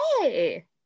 Hey